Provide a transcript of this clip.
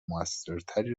موثرتری